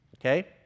okay